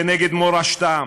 כנגד מורשתם,